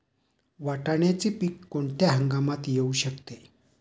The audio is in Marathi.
वाटाण्याचे पीक कोणत्या हंगामात येऊ शकते?